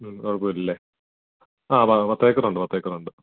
ഉം കുഴപ്പം ഇല്ല അല്ലേ ആ പത്ത് ഏക്കറുണ്ട് പത്ത് ഏക്കറുണ്ട്